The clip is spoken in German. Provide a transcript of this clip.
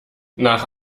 nach